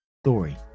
story